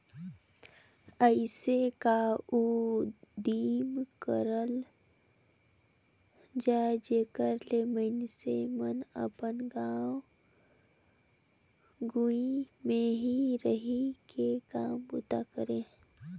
अइसे का उदिम करल जाए जेकर ले मइनसे मन अपन गाँव गंवई में ही रहि के काम बूता करें